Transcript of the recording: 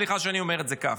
סליחה שאני אומר את זה ככה.